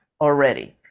already